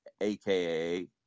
aka